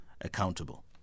accountable